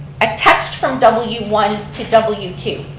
a text from w one to w two,